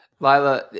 Lila